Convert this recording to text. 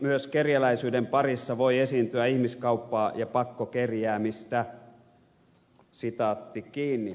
myös kerjäläisyyden parissa voi esiintyä ihmiskauppaa ja pakkokerjäämistä